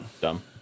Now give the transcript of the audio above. Dumb